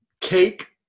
cake